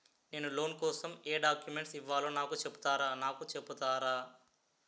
నేను లోన్ కోసం ఎం డాక్యుమెంట్స్ ఇవ్వాలో నాకు చెపుతారా నాకు చెపుతారా?